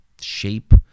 shape